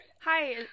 Hi